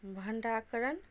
भण्डारण